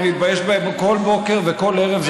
אני מתבייש בהם כל בוקר וכל ערב.